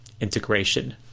integration